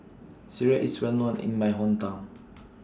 Sireh IS Well known in My Hometown